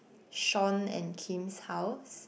Shaun and Kim's house